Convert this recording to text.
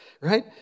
Right